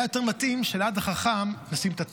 היה יותר מתאים שליד החכם נשים את התם,